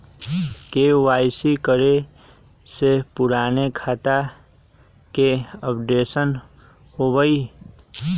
KYC करें से पुराने खाता के अपडेशन होवेई?